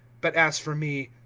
but as for me,